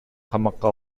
камакка